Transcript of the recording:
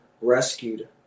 rescued